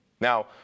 now